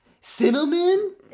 Cinnamon